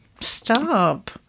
Stop